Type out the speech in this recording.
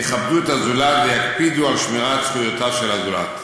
יכבדו את הזולת ויקפידו על שמירת זכויותיו של הזולת.